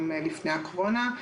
גם לפני הקורונה.